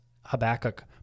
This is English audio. Habakkuk